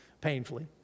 painfully